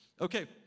Okay